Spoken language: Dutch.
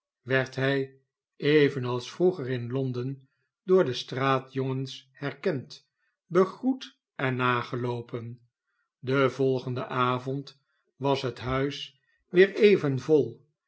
werd hij evenals vroeger in l on d e n door de straatjongens herkend begroet en nageloopen den volgenden avond was het huis weer even vol